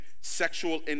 sexual